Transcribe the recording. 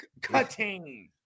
cutting